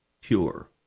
pure